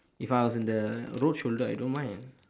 if I was in the road shoulder I don't mind